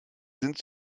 sind